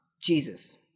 Jesus